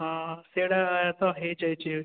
ହଁ ସେଇଟା ତ ହେଇଯାଇଛି